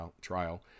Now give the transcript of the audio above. trial